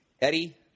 Eddie